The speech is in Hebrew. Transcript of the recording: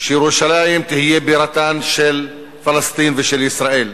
שירושלים תהיה בירתן, של פלסטין ושל ישראל.